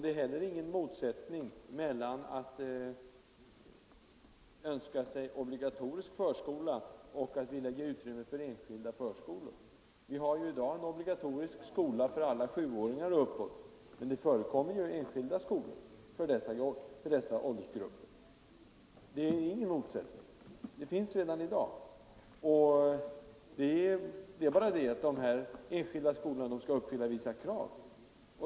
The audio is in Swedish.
Det är heller ingen motsättning mellan att önska sig obligatorisk förskola och att vilja ge utrymme för enskilda förskolor. Vi har i dag en skola som är obligatorisk för alla barn från sju års ålder, men det förekommer också enskilda skolor för dessa åldersgrupper. Det är bara det, att dessa enskilda skolor skall uppfylla vissa krav.